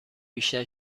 بیشتر